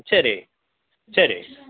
சரி சரி